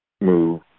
move